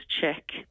check